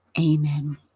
amen